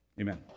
Amen